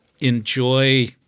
enjoy